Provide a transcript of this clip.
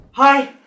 Hi